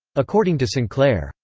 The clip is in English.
according to sinclair,